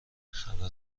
خبر